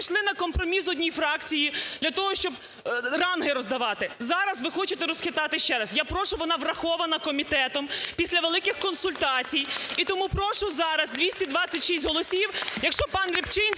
пішли на компроміс одній фракції для того, щоб ранги роздавати. Зараз ви хочете розхитати ще раз. Я прошу, вона врахована комітетом після великих консультацій, і тому прошу зараз 226 голосів. Якщо пан Рибчинський